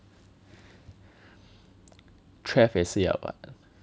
Trav 也是要 [what]